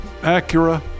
Acura